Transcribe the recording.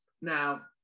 Now